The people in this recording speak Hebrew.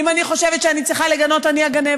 אם אני חושבת שאני צריכה לגנות אני אגנה,